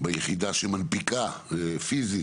ביחידה שמנפיקה פיזית,